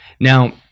Now